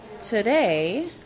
Today